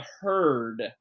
herd